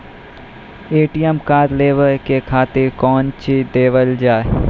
ATM card लेवे के खातिर कौंची देवल जाए?